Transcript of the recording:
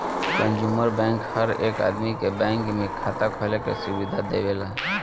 consumer bank हर एक आदमी के बैंक में खाता खोले के सुविधा देवेला